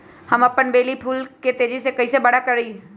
हम अपन बेली फुल के तेज़ी से बरा कईसे करी?